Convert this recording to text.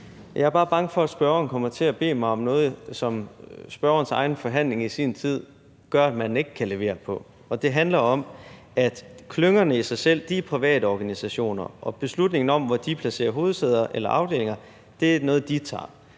Jeg er bare bange for, at spørgeren kommer til at bede mig om noget, som spørgerens egen forhandling i sin tid gør, at man ikke kan levere på. Det handler om, at klyngerne i sig selv er private organisationer, og beslutningen om, hvor de placerer hovedsæder eller afdelinger, er en, de tager.